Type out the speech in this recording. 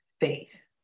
faith